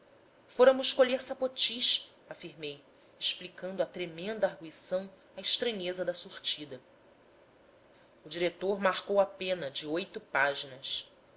fôramos colher sapotis afirmei explicando à tremenda argüição a estranheza da surtida o diretor marcou a pena de oito páginas